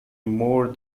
more